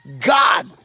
God